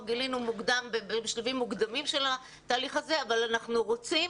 גילינו בשלבים מוקדמים של התהליך הזה ואנחנו רוצים